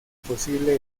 posible